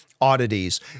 oddities